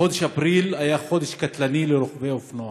חודש אפריל היה חודש קטלני לרוכבי אופנוע,